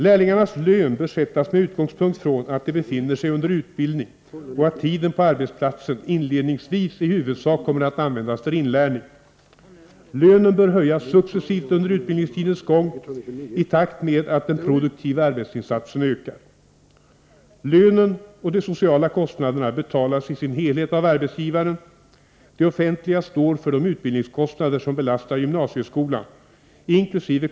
Lärlingarnas lön bör sättas med utgångspunkt från att de befinner sig under utbildning och att tiden på arbetsplatsen inledningsvis i huvudsak kommer att användas för inlärning. Lönen bör höjas successivt under utbildningstidens gång i takt med att den produktiva arbetsinsatsen ökar. Lönen och de sociala kostnaderna betalas i sin helhet av arbetsgivaren. Det offentliga står för de utbildningskostnader som belastar gymnasieskolan — inkl.